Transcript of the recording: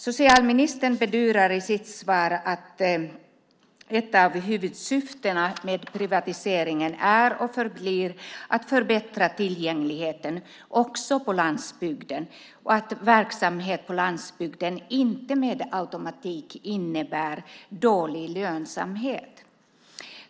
Socialministern bedyrar i sitt svar att ett av huvudsyftena med privatiseringen är och förblir att förbättra tillgängligheten också på landsbygden och att verksamhet på landsbygden inte med automatik innebär dålig lönsamhet.